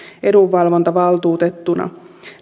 edunvalvontavaltuutettuna